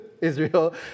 Israel